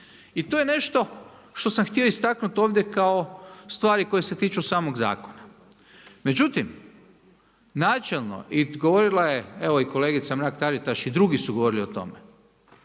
I to je nešto što sam htio istaknuti ovdje kao stvari koje se tiču samog zakona. Međutim, načelno i govorila je evo kolegica Mrak-Taritaš i drugi su govorili o tome,